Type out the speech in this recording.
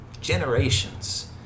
generations